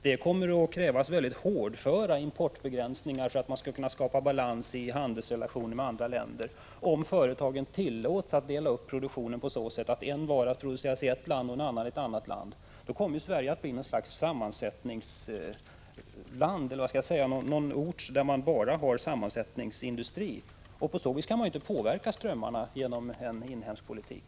Det kommer att krävas mycket hårdföra importbegränsningar för att man skall kunna skapa balans i handelsrelationerna med andra länder om företagen tillåts dela upp produktionen på så sätt att en vara produceras i ett land och en annan vara i ett annat land. Då kommer Sverige att bli ett slags sammansättningsland, en plats där man bara har sammansättningsindustri. Då kan vi inte påverka strömmarna genom en inhemsk politik.